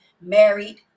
married